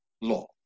law